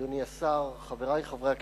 אדוני השר, חברי חברי הכנסת,